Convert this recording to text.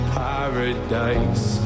paradise